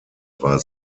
war